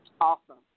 awesome